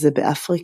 שזה באפריקה.